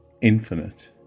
infinite